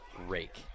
rake